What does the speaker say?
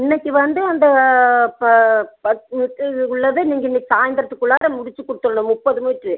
இன்னைக்கு வந்து அந்த ப பத்து மீட்ரு உள்ளதை நீங்கள் இன்னைக்கு சாய்ந்திரத்துக்குள்ளார முடித்து கொடுத்துர்ணும் முப்பது மீட்ரு